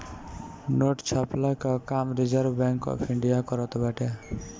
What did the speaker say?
note छ्पला कअ काम रिजर्व बैंक ऑफ़ इंडिया करत बाटे